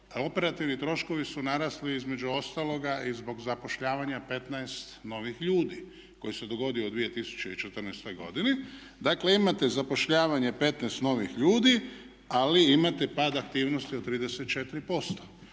operativni troškovi su narasli između ostaloga i zbog zapošljavanja 15 novih ljudi koji se dogodio u 2014. godini. Dakle, imate zapošljavanje 15 novih ljudi, ali imate pad aktivnosti od 34%.